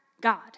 God